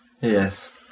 yes